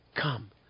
come